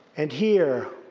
and here,